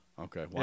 Okay